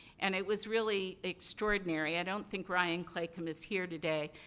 and, it was really extraordinary. i don't think ryan claycomb is here today.